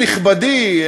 נכבדי,